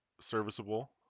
serviceable